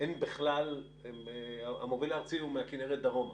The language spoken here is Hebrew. אין בכלל, המוביל הארצי הוא מהכנרת דרומה.